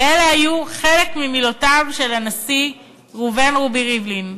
ואלה היו חלק ממילותיו של הנשיא ראובן רובי ריבלין: